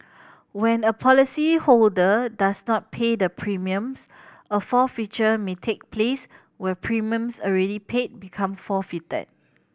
when a policyholder does not pay the premiums a forfeiture may take place where premiums already paid become forfeited